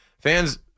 Fans